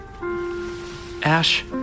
Ash